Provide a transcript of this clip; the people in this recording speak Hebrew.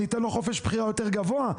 ניתן לו חופש בחירה יותר גבוה,